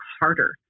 harder